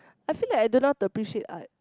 I feel like I don't know how to appreciate art